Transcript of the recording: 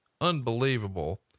unbelievable